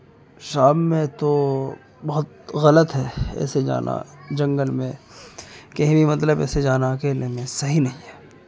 شام میں تو بہت غلط ہے ایسے جانا جنگل میں کہیں بھی مطلب ایسے جانا اکیلے میں صحیح نہیں ہے